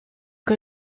que